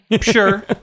Sure